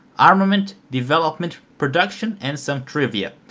armament, development, production and some trivia.